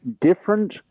different